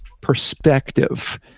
perspective